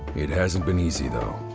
it hasn't been easy though.